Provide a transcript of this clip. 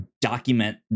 document